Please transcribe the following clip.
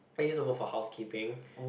I used to work for housekeeping